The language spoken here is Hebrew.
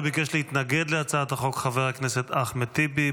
ביקש להתנגד להצעת החוק חבר הכנסת אחמד טיבי.